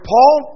Paul